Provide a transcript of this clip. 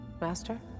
Master